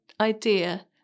idea